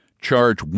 charge